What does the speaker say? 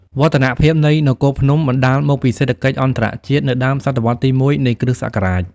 វឌ្ឍនភាពនៃនគរភ្នំ បណ្តាលមកពីសេដ្ឋកិច្ចអន្តរជាតិ នៅដើមសតវត្សរ៍ទី១ នៃគ្រិស្តសករាជ។